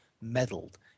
meddled